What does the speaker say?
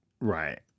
right